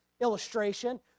illustration